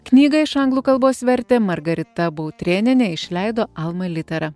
knygą iš anglų kalbos vertė margarita bautrėnienė išleido alma litera